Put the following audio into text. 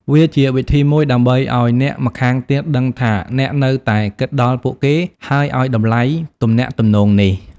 វាជាវិធីមួយដើម្បីឲ្យអ្នកម្ខាងទៀតដឹងថាអ្នកនៅតែគិតដល់ពួកគេ ហើយឲ្យតម្លៃទំនាក់ទំនងនេះ។